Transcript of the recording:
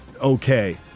okay